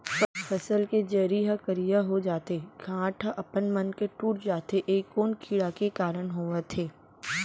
फसल के जरी ह करिया हो जाथे, गांठ ह अपनमन के टूट जाथे ए कोन कीड़ा के कारण होवत हे?